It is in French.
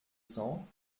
cents